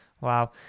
Wow